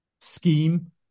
scheme